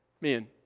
Men